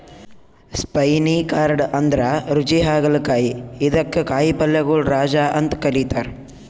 spiny gourd ಅಂದ್ರ ರುಚಿ ಹಾಗಲಕಾಯಿ ಇದಕ್ಕ್ ಕಾಯಿಪಲ್ಯಗೊಳ್ ರಾಜ ಅಂತ್ ಕರಿತಾರ್